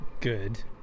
Good